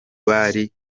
bari